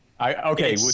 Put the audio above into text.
Okay